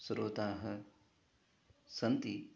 श्रोताः सन्ति